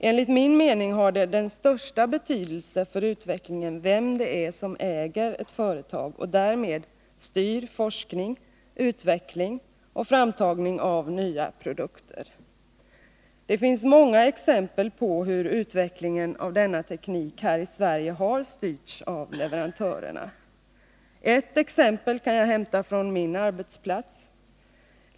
Enligt min mening har det den största betydelse för utvecklingen vem det är som äger ett företag och därmed styr forskning, utveckling och framtagning av nya produkter. Det finns många exempel på hur utvecklingen av denna teknik här i Sverige har styrts av leverantörerna. Ett exempel kan jag hämta från min arbetsplats.